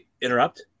interrupt